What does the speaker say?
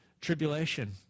tribulation